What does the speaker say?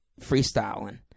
freestyling